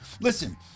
listen